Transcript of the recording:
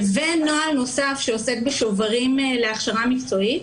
ישנו נוהל נוסף שעוסק בשוברים להכשרה מקצועית,